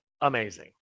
amazing